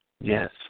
Yes